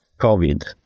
COVID